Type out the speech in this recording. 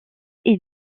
est